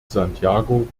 santiago